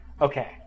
Okay